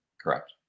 Correct